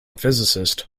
physicist